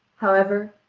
however,